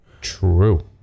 True